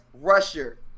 rusher